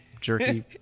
jerky